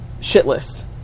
Shitless